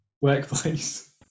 workplace